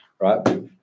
Right